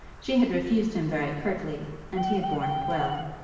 she had refused him very curtly, and he had borne it well.